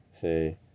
say